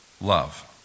Love